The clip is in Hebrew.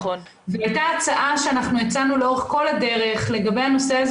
הייתה הצעה שהצענו לאורך כל הדרך לגבי הנושא הזה